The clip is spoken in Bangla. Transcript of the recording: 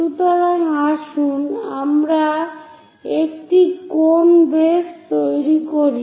সুতরাং আসুন আমরা একটি কোন বেস করি